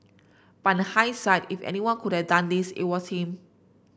but in hindsight if anyone could have done this it was him